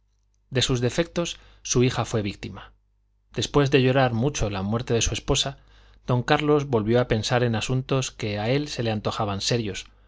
de sus defectos su hija fue la víctima después de llorar mucho la muerte de su esposa don carlos volvió a pensar en asuntos que a él se le antojaban serios